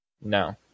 No